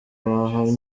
bahamya